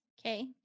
Okay